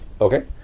Okay